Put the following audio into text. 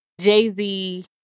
jay-z